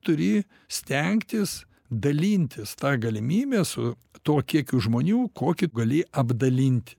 turi stengtis dalintis tą galimybę su tuo kiekiu žmonių kokį gali apdalinti